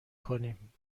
کنیم